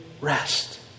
rest